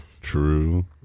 True